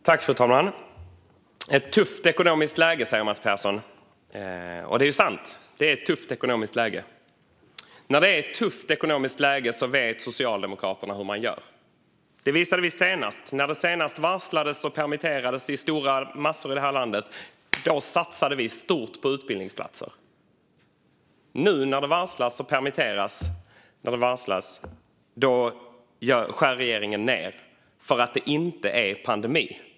Fru talman! Ett tufft ekonomiskt läge, säger Mats Persson. Och det är ju sant. Det är ett tufft ekonomiskt läge. När det är ett tufft ekonomiskt läge vet Socialdemokraterna hur man gör. Det visade vi senast. När det senast varslades och permitterades i stora massor här i landet satsade vi stort på utbildningsplatser. Nu när det varslas skär regeringen ned för att det inte är pandemi.